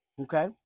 okay